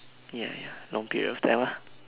ya ya long period of time ah